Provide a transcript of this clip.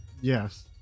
Yes